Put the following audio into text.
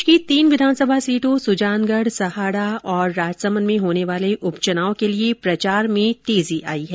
प्रदेश की तीन विधानसभा सीटों सुजानगढ़ सहाड़ा और राजसमंद में होने वाले उप चुनाव के लिए प्रचार में तेजी आई है